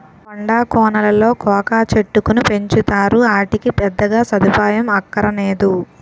కొండా కోనలలో కోకా చెట్టుకును పెంచుతారు, ఆటికి పెద్దగా సదుపాయం అక్కరనేదు